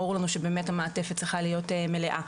ברור לנו שהמעטפת צריכה להיות מלאה.